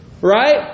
Right